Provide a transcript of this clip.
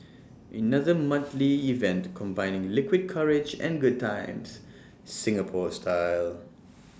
another monthly event combining liquid courage and good times Singapore style